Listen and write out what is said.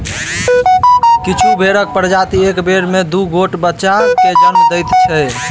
किछु भेंड़क प्रजाति एक बेर मे दू गोट बच्चा के जन्म दैत छै